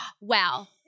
wow